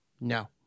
No